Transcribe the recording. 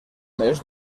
més